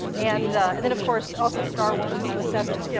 and and then, of course, also star wars when i was seven. yeah